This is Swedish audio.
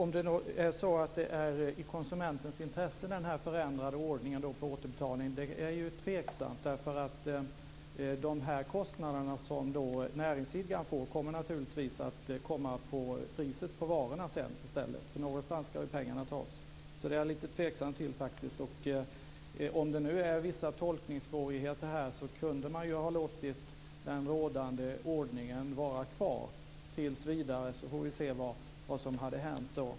Herr talman! Det är tveksamt om den förändrade ordningen på återbetalning är i konsumentens intresse. Kostnaderna som näringsidkaren får kommer att sättas på priset på varorna. Någonstans ska pengarna tas. Jag är lite tveksam till det. Om det finns vissa tolkningssvårigheter kunde den rådande ordningen ha fått vara kvar tills vidare, så hade vi fått se vad som hade hänt.